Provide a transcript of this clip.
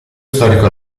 storico